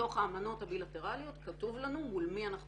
בתוך האמנות הבילטראליות כתוב לנו מול מי אנחנו